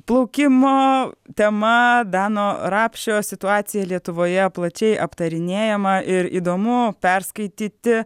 plaukimo tema dano rapšio situacija lietuvoje plačiai aptarinėjama ir įdomu perskaityti